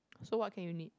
so what can you knit